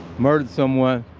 murdered someone.